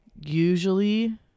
usually